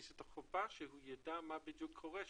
יש את החובה שהוא יידע מה בדיוק קורה שם.